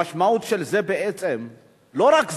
המשמעות של זה, בעצם: לא רק זה,